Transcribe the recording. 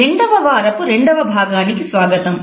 రెండవ వారపు రెండవ భాగానికి స్వాగతం